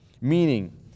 Meaning